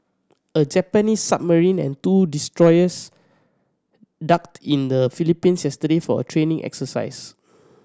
a Japanese submarine and two destroyers docked in the Philippines yesterday for a training exercise